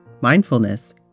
mindfulness